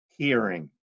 hearing